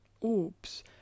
orbs